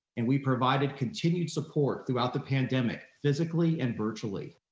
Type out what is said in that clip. and we provided continued support throughout the pandemic physically and virtually.